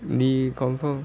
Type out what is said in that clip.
we confirm